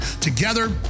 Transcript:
together